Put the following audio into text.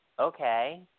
okay